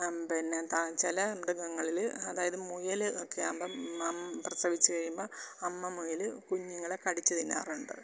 ആ പിന്നെ ചില മൃഗങ്ങളിൽ അതായത് മുയൽ ഒക്കെ ആകുമ്പം പ്രസവിച്ച് കഴിയുമ്പം അമ്മ മുയൽ കുഞ്ഞുങ്ങളെ കടിച്ച് തിന്നാറുണ്ട്